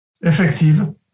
effective